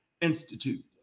Institute